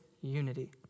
unity